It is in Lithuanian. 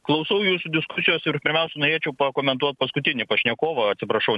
klausau jūsų diskusijos ir pirmiausia norėčiau pakomentuot paskutinį pašnekovą atsiprašau